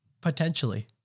Potentially